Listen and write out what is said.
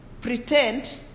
pretend